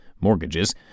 mortgages